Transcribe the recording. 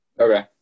Okay